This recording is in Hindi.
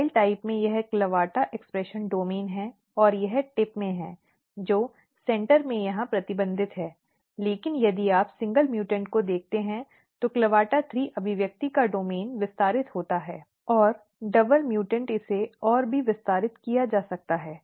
जंगली प्रकार में यह CLAVATA अभिव्यक्ति डोमेन है और यह टिप में है जो केंद्र में यहां प्रतिबंधित है लेकिन यदि आप एकल उत्परिवर्ती को देखते हैं तो CLAVATA3 अभिव्यक्ति का डोमेन विस्तारित होता है और डबल उत्परिवर्ती इसे और भी विस्तारित किया जा सकता है